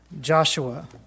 Joshua